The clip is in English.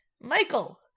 Michael